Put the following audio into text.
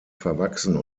verwachsen